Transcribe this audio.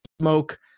smoke